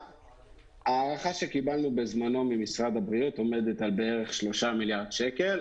הערכה שקיבלנו בזמנו ממשרד הבריאות עומדת על בערך 3 מיליארד שקל,